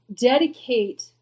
dedicate